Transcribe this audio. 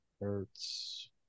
Hertz